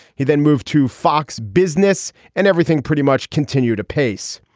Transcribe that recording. he then moved to fox business and everything pretty much continue to pace.